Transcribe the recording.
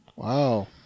Wow